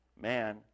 man